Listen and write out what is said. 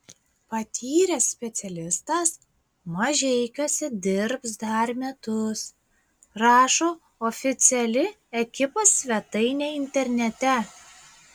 patyręs specialistas mažeikiuose dirbs dar metus rašo oficiali ekipos svetainė internete